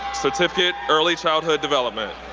certificate, early childhood development.